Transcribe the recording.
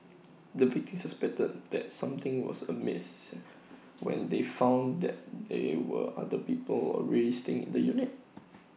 the victims suspected that something was amiss when they found that they were other people already staying in the unit